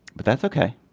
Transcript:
but that's ok.